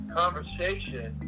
conversation